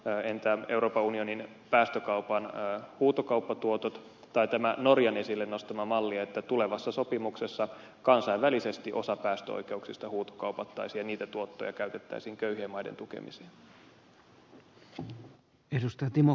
entä euroopan unionin päästökaupan huutokauppatuotot tai tämä norjan esille nostama malli että tulevassa sopimuksessa kansainvälisesti osa päästöoikeuksista huutokaupattaisiin ja niitä tuottoja käytettäisiin köyhien maiden tukemiseen